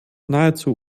nahezu